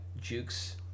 Jukes